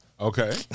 Okay